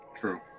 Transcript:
True